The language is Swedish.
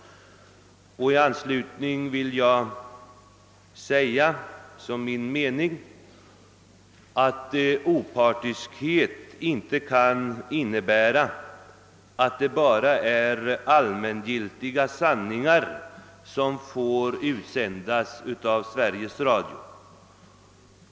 I anslutning härtill vill jag som min mening framhålla att opartiskhet inte kan innebära att det bara är allmängiltiga sanningar som får utsändas av Sveriges Radio.